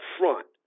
front